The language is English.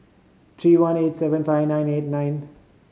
three one eight seven five nine eight nine